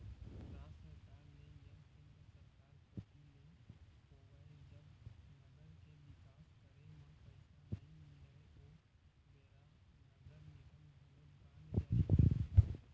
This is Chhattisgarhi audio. राज सरकार ले या केंद्र सरकार कोती ले होवय जब नगर के बिकास करे म पइसा नइ मिलय ओ बेरा नगर निगम घलोक बांड जारी करथे